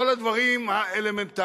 כל הדברים האלמנטריים.